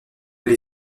les